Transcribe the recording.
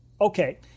Okay